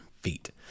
feet